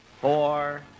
four